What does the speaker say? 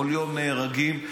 כל יום נפצעים.